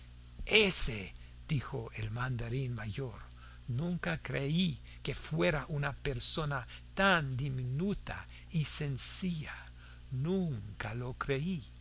ese dijo el mandarín mayor nunca creí que fuera una persona tan diminuta y sencilla nunca lo creí